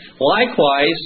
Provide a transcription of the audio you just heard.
Likewise